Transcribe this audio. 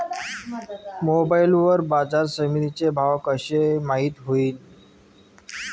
Mobile वर बाजारसमिती चे भाव कशे माईत होईन?